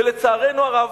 ולצערנו הרב,